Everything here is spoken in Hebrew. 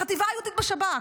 החטיבה היהודית בשב"כ,